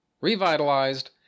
revitalized